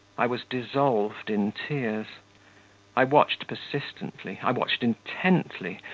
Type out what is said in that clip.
i was dissolved in tears i watched persistently, i watched intently,